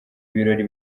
birori